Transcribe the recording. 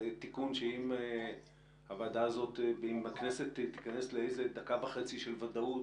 תיקון לפיו אם הכנסת תיכנס לדקה וחצי של ודאות,